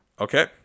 okay